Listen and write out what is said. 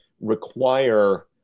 require